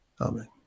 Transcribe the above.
Amen